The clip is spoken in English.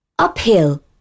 Uphill